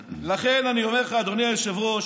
לכן אני אומר לך, אדוני היושב-ראש,